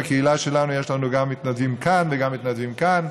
בקהילה שלנו יש לנו מתנדבים גם כאן ומתנדבים גם כאן.